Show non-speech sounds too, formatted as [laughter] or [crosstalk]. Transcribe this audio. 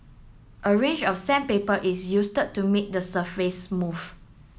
a range of sandpaper is use [unintelligible] to make the surface smooth